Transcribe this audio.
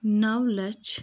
نَو لَچھ